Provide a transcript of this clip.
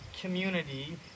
community